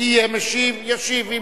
יהיה משיב, ישיב.